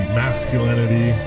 masculinity